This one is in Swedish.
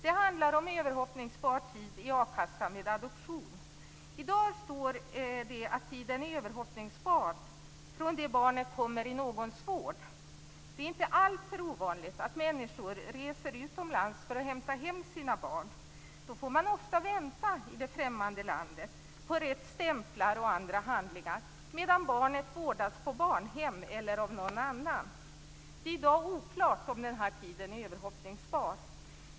Det handlar om överhoppningsbar tid i a-kassan vid adoption. I dag står det att tiden är överhoppningsbar från det barnet kommer i någons vård. Det är inte alltför ovanligt att människor reser utomlands för att hämta hem sina barn. Då får man ofta vänta i det främmande landet på rätt stämplar och andra handlingar medan barnet vårdas på barnhem eller av någon annan. Det är i dag oklart om den här tiden är överhoppningsbar.